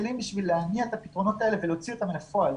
הכלים כדי להניע את הפתרונות האלה ולהוציא אותם אל הפועל.